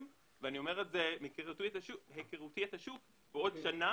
- אני אומר את זה מהיכרותי את השוק - ובעוד שנה